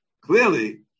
clearly